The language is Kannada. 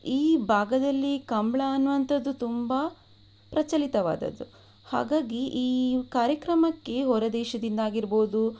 ಈ ಭಾಗದಲ್ಲಿ ಕಂಬಳ ಅನ್ನುವಂಥದ್ದು ತುಂಬ ಪ್ರಚಲಿತವಾದದ್ದು ಹಾಗಾಗಿ ಈ ಕಾರ್ಯಕ್ರಮಕ್ಕೆ ಹೊರದೇಶದಿಂದ ಆಗಿರಬಹುದು